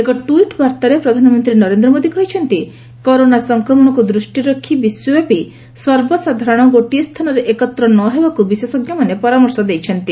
ଏକ ଟୁଇଟ୍ ବାର୍ତ୍ତାରେ ପ୍ରଧାନମନ୍ତୀ ନରେନ୍ଦ୍ର ମୋଦି କହିଛନ୍ତି କରୋନା ସଂକ୍ରମଶକୁ ଦୃଷ୍ଟିରେ ରଖ୍ ବିଶ୍ୱବ୍ୟାପି ସର୍ବସାଧାରଣ ଗୋଟିଏ ସ୍ଚାନରେ ଏକତ୍ର ନ ହେବାକୁ ବିଶେଷ୍କମାନେ ପରାମର୍ଶ ଦେଇଛନ୍ତି